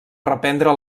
reprendre